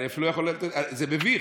אני אפילו לא יכול, זה מביך.